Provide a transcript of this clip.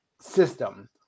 system